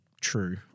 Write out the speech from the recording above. true